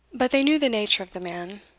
but they knew the nature of the man.